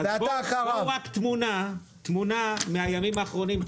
רק תמונה מהימים האחרונים.